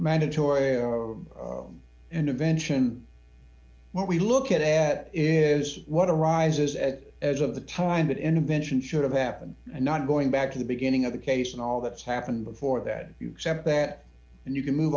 mandatory intervention what we look at is what arises and as of the time that intervention should have happened and not going back to the beginning of the case and all that's happened before that you except that and you can move